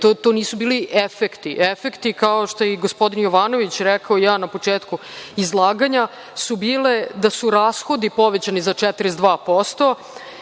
to nisu bili efekti, a kao što je i gospodin Jovanović rekao na početku izlaganja, su bili da su rashodi bili povećani za 42%,